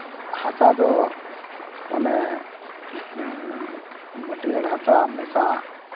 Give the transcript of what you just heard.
ᱦᱟᱥᱟ ᱫᱚ ᱚᱱᱮ ᱢᱟᱹᱴᱭᱟᱹᱲ ᱦᱟᱥᱟ ᱢᱮᱥᱟ